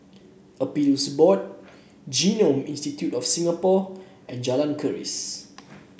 Appeals Board Genome Institute of Singapore and Jalan Keris